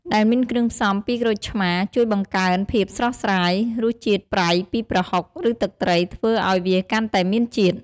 ដែលមានគ្រឿងផ្សំ ពីក្រូចឆ្មារ ជួយបង្កើនភាពស្រស់ស្រាយ រសជាតិប្រៃពីប្រហុក ឬទឹកត្រី ធ្វើឱ្យវាកាន់តែមានជាតិ។